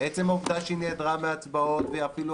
עצם העובדה שהיא נעדרה מהצבעות ואפילו